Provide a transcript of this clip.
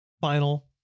final